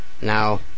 Now